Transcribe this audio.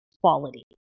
quality